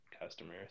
customers